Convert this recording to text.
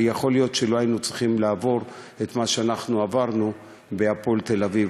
ויכול להיות שלא היינו צריכים לעבור את מה שעברנו ב"הפועל תל-אביב",